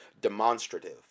demonstrative